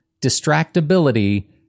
distractibility